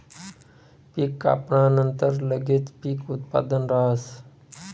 पीक कापानंतर लगेच पीक उत्पादन राहस